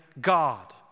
God